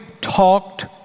talked